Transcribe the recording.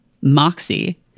Moxie